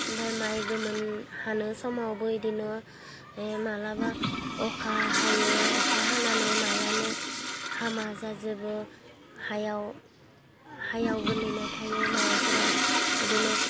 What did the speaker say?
ओमफाय माय गोमोन हानो समावबो बिदिनो बे मालाबा अखा हायो अखा हानानै मायानो हामा जाजोबो हायाव हायाव गोलैना थायो मायफ्रा बिदिनो